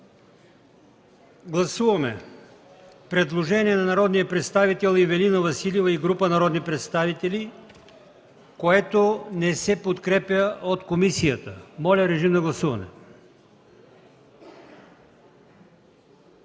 Гласуваме предложението на народния представител Ивелина Василева и група народни представители, което не се подкрепя от комисията. Гласували